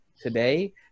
today